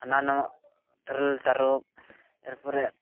ᱦᱟᱱᱟ ᱱᱚᱣᱟ ᱛᱮᱨᱮᱞ ᱛᱟᱨᱚᱯ ᱮᱨᱯᱚᱨᱮ